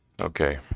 Okay